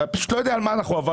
אתה פשוט לא יודע מה עברנו.